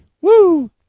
Woo